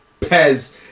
PEZ